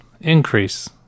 Increase